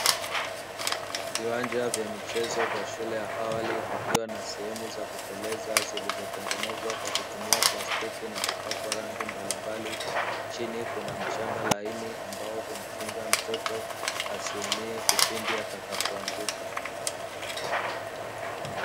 Viwanja vya michezo vya shule ya awali kukiwa na sehemu za kuteleza, zilizotengenezwa kwa kutumia plastiki na kupakwa rangi mbalimbali, chini kuna mchanga laini ambao humkinga mtoto asiumie kipindi atakapoanguka.